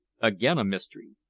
again a mystery.